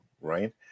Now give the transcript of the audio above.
Right